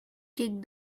kick